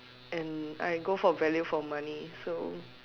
and I go for value for money so